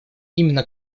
именно